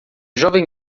jovem